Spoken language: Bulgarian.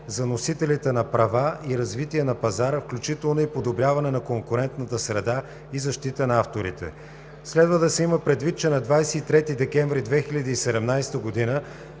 за носителите на права и развитие на пазара, включително и подобряване на конкурентната среда и защита на авторите. Следва да се има предвид, че на 23 декември 2017 г.